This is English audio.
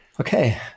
okay